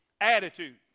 Attitude